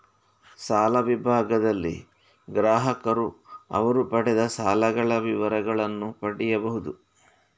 ಸಾಲ ವಿಭಾಗದಲ್ಲಿ ಗ್ರಾಹಕರು ಅವರು ಪಡೆದ ಸಾಲಗಳ ವಿವರಗಳನ್ನ ಪಡೀಬಹುದು